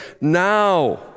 Now